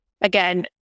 again